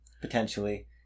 potentially